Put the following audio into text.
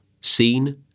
seen